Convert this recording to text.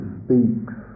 speaks